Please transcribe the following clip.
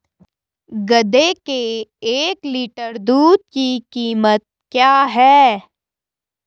गधे के एक लीटर दूध की कीमत क्या है?